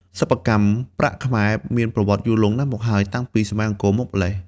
សិប្បកម្មប្រាក់ខ្មែរមានប្រវត្តិយូរលង់ណាស់មកហើយ តាំងពី សម័យអង្គរ មកម្ល៉េះ។